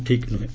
ଠିକ୍ ନୁହଁ